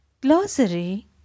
glossary